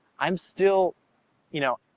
i'm still you know,